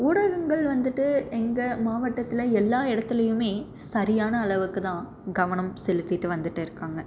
ஊடகங்கள் வந்துட்டு எங்க மாவட்டத்தில் எல்லா இடத்துலியும் சரியான அளவுக்கு தான் கவனம் செலுத்திட்டு வந்துட்டு இருக்காங்க